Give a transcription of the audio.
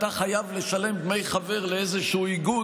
אתה חייב לשלם דמי חבר לאיזשהו איגוד,